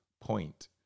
point